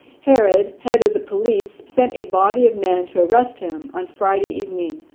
herod, head of the police, sent a body of men to arrest him on friday evening.